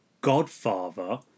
Godfather